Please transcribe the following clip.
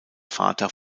vater